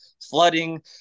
flooding